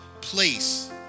place